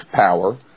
power